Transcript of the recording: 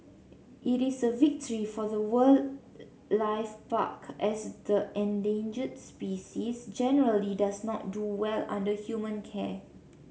it is a victory for the wildlife park as the endangered species generally does not do well under human care